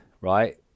right